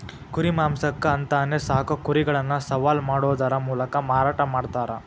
ಕುರಿ ಮಾಂಸಕ್ಕ ಅಂತಾನೆ ಸಾಕೋ ಕುರಿಗಳನ್ನ ಸವಾಲ್ ಮಾಡೋದರ ಮೂಲಕ ಮಾರಾಟ ಮಾಡ್ತಾರ